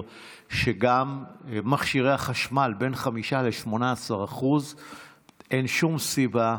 שגם מכשירי החשמל התייקרו ב-5% עד 18%. אין שום סיבה.